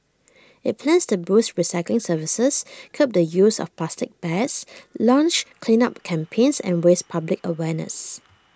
IT plans to boost recycling services curb the use of plastic bags launch cleanup campaigns and raise public awareness